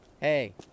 Hey